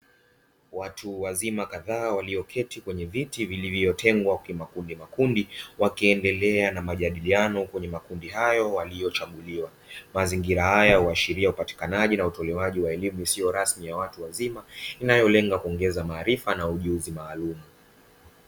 Watu wazima kadhaa walioketi kwenye viti vilivyotengwa kimakundi makundi, wakiendelea na majadiliano kwenye makundi hayo waliyochaguliwa. Mazingira haya huashiria upatikanaji na utolewaji wa elimu isiyo rasmi ya watu wazima, inayolenga kuongeza maarifa na ujuzi maalumu.